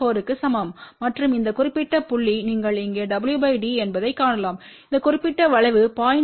4 க்கு சமம் மற்றும் இந்த குறிப்பிட்ட புள்ளி நீங்கள் இங்கே w d என்பதைக் காணலாம் இந்த குறிப்பிட்ட வளைவு 0